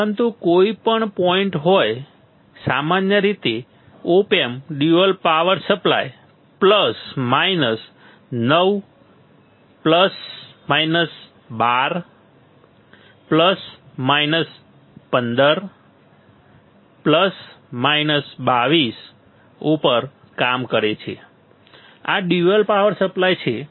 પરંતુ કોઈપણ પોઇન્ટ હોય સામાન્ય રીતે op amp dual power supply plus minus 9 plus minus 12 plus minus 15 plus minus 22 ઉપર કામ કરે છે આ ડ્યુઅલ પાવર સપ્લાય છે